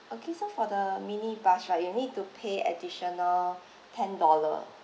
okay so for the mini bus right you need to pay additional ten dollars